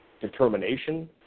determination